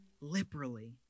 liberally